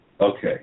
Okay